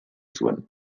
zuen